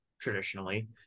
traditionally